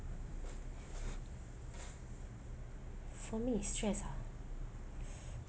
for me stressed ah